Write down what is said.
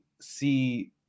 see